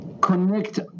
connect